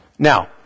Now